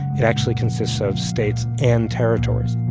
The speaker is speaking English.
it actually consists of states and territories.